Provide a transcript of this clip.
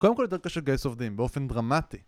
קודם כל יותר קשה לגייס עובדים, באופן דרמטי!